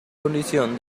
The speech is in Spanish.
condición